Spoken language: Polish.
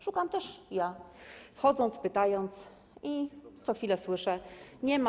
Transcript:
Szukam też ja, wchodząc, pytając, i co chwilę słyszę: Nie ma.